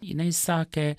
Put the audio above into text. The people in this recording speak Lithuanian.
jinai sakė